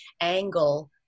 angle